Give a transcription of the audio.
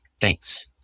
Thanks